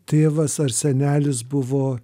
tėvas ar senelis buvo